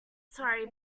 sorry